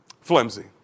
Flimsy